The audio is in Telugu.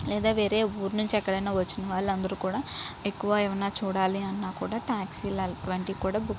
లేదా వేరే ఊరి నుంచి ఎక్కడైనా వచ్చిన వాళ్ళు అందరూ కూడా ఎక్కువ ఏమైనా చూడాలి అన్న కూడా ట్యాక్సీలు వంటివి కూడా బుక్